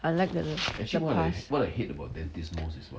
unlike the the the the past